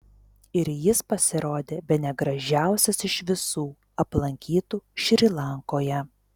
ir jis pasirodė bene gražiausias iš visų aplankytų šri lankoje